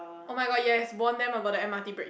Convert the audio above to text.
oh-my-god yes warn they about the M_R_T break